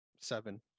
seven